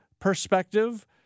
perspective